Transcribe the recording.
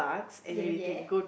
ya ya